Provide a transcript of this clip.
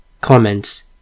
Comments